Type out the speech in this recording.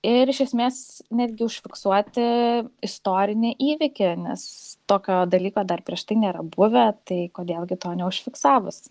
ir iš esmės netgi užfiksuoti istorinį įvykį nes tokio dalyko dar prieš tai nėra buvę tai kodėl gi to neužfiksavus